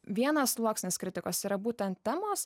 vienas sluoksnis kritikos yra būtent temos